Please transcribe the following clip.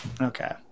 Okay